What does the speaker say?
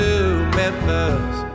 Memphis